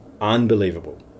unbelievable